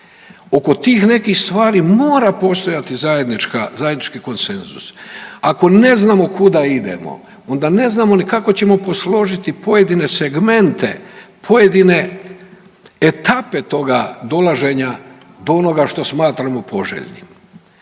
Oko tih nekih stvari mora postojati zajednički cenzus. Ako ne znamo kuda idemo onda ne znamo ni kako ćemo posložiti pojedine segmente, pojedine etape toga dolaženja do onoga što smatramo poželjnim.